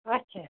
اَچھا